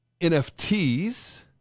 nfts